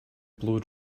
blow